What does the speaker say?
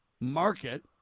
market